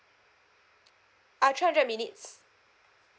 ah two hundred minutes